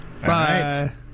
Bye